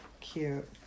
Cute